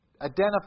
identify